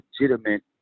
legitimate